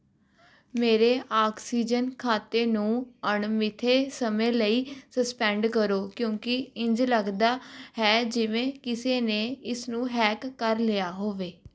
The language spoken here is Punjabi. ਮੇਰੇ ਆਕਸੀਜਨ ਖਾਤੇ ਨੂੰ ਅਣਮਿੱਥੇ ਸਮੇਂ ਲਈ ਸਸਪੈਂਡ ਕਰੋ ਕਿਉਂਕਿ ਇੰਝ ਲੱਗਦਾ ਹੈ ਜਿਵੇਂ ਕਿਸੇ ਨੇ ਇਸ ਨੂੰ ਹੈਕ ਕਰ ਲਿਆ ਹੋਵੇ